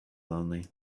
lonely